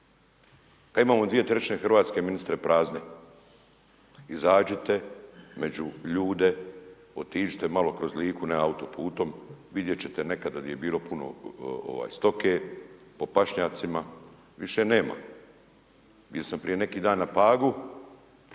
Kad imamo 2/3 RH ministre, prazne. Izađite među ljude, otiđite malo kroz Liku, ne autoputem, vidjet ćete nekada gdje je bilo puno stoke po pašnjacima, više nema. Bio sam prije neki dan na Pagu